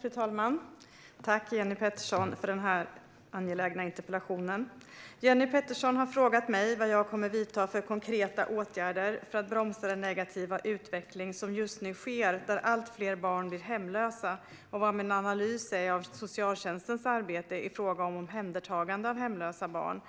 Fru talman! Tack, Jenny Petersson, för den här angelägna interpellationen! Svar på interpellationer Jenny Petersson har frågat mig vad jag kommer att vidta för konkreta åtgärder för att bromsa den negativa utveckling som just nu sker, där allt fler barn blir hemlösa, vad min analys är av socialtjänstens arbete i fråga om omhändertagandet av hemlösa barn